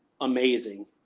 amazing